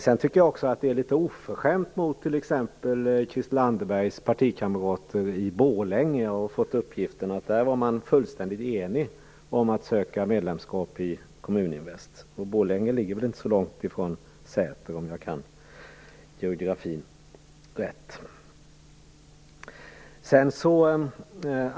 Detta är också litet oförskämt mot Christel Anderbergs partikamrater i Borlänge, där man enligt uppgift var fullständigt enig om att söka medlemskap i Kommuninvest. Borlänge ligger väl inte så långt från Säter, om jag minns geografin rätt.